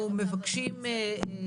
אין טעם להוציא תקרות ואז לתקן אותן.